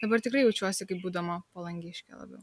dabar tikrai jaučiuosi kaip būdama palangiškė labiau